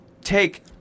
take